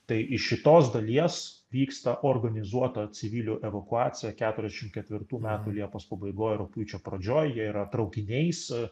tai iš šitos dalies vyksta organizuota civilių evakuacija keturiasšim ketvirtų metų liepos pabaigoj rugpjūčio pradžioj jie yra traukiniais